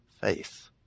faith